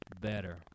better